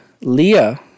Leah